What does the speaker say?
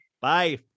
Bye